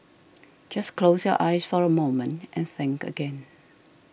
just close your eyes for a moment and think again